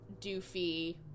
doofy